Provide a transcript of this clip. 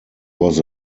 was